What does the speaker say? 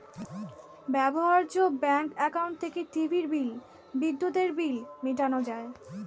ব্যবহার্য bank account থেকে টিভির বিল, বিদ্যুতের বিল মেটানো যায়